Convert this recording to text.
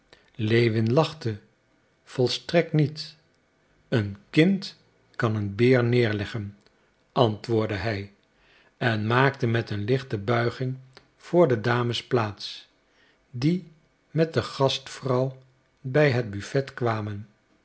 lewin lachte volstrekt niet een kind kan een beer nederleggen antwoordde hij en maakte met een lichte buiging voor de dames plaats die met de gastvrouw bij het buffet kwamen